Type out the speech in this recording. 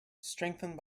strengthened